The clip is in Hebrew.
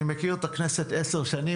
אני מכיר את הכנסת 10 שנים,